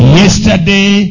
yesterday